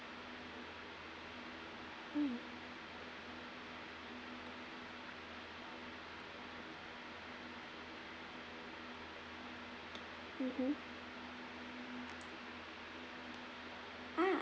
mm mmhmm ah